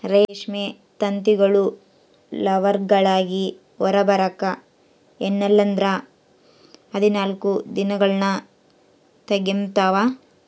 ರೇಷ್ಮೆ ತತ್ತಿಗಳು ಲಾರ್ವಾಗಳಾಗಿ ಹೊರಬರಕ ಎನ್ನಲ್ಲಂದ್ರ ಹದಿನಾಲ್ಕು ದಿನಗಳ್ನ ತೆಗಂತಾವ